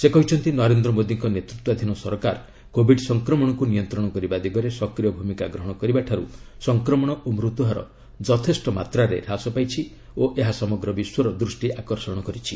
ସେ କହିଛନ୍ତି ନରେନ୍ଦ୍ର ମୋଦୀଙ୍କ ନେତୃତ୍ୱାଧୀନ ସରକାର କୋବିଡ୍ ସଂକ୍ରମଣକୁ ନିୟନ୍ତ୍ରଣ କରିବା ଦିଗରେ ସକ୍ରିୟ ଭୂମିକା ଗ୍ରହଣ କରିବାଠାରୁ ସଂକ୍ରମଣ ଓ ମୃତ୍ୟୁହାର ଯଥେଷ୍ଟ ମାତ୍ରାରେ ହ୍ରାସ ପାଇଛି ଓ ଏହା ସମଗ୍ର ବିଶ୍ୱର ଦୃଷ୍ଟି ଆକର୍ଷଣ କରିଛି